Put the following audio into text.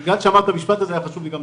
ברגע שכל רשות תשלם את מה שהיא צריכה לשלם,